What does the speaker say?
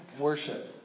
worship